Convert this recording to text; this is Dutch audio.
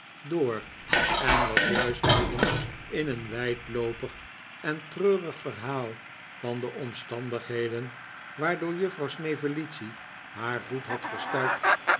door en was juist midden in een wijdloopig en treurig verhaal van de omstandigheden waardoor juffrouw snevellicci haar voet had verstuikt